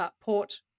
Port